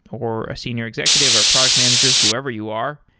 or a senior executive, or product manager, whoever you are,